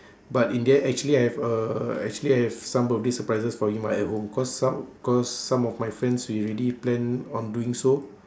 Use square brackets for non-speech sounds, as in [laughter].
[breath] but in the end actually I have a actually I have some birthday surprises for him ah at home cause some cause some of my friends we already plan on doing so